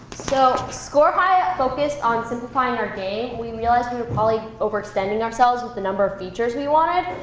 so score high ah focused on simplifying our game. we realized we were probably overextending ourselves with the number of features we wanted.